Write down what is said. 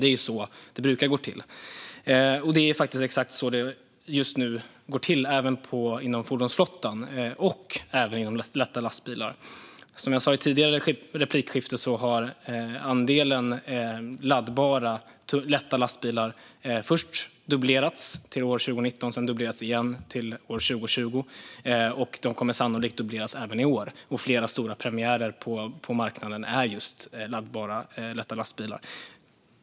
Det är så det brukar gå till, och det är faktiskt exakt så det just nu går till även inom fordonsflottan och även när det gäller lätta lastbilar. Som jag sa i ett tidigare replikskifte har andelen laddbara lätta lastbilar först dubblerats år 2019, sedan dubblerats igen år 2020. Den kommer sannolikt att dubbleras även i år. Flera stora premiärer på marknaden gäller just laddbara lätta lastbilar.